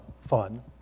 fun